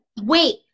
Wait